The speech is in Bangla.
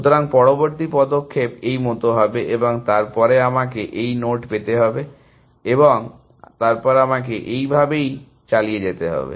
সুতরাং পরবর্তী পদক্ষেপ এই মত হবে এবং তারপর আমাকে এই নোড পেতে হবে এবং তারপর আমাকে এই রকম ভাবেই চালিয়ে যেতে হবে